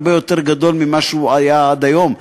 הרבה יותר ממה שהיה עד היום.